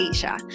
Asia